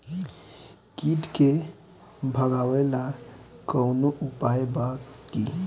कीट के भगावेला कवनो उपाय बा की?